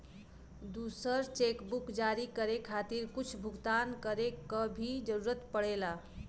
दूसर चेकबुक जारी करे खातिर कुछ भुगतान करे क भी जरुरत पड़ेला